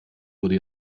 wurde